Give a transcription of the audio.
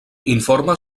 informa